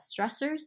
stressors